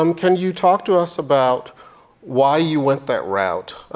um can you talk to us about why you went that route,